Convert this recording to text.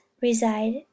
reside